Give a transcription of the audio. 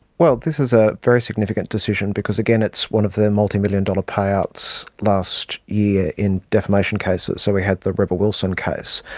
well, this is a very significant decision because, again, it's one of the multimillion dollar payouts last year in defamation cases. so we had the rebel wilson case.